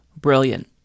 brilliant